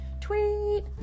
tweet